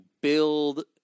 build